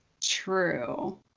True